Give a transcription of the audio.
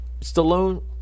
Stallone –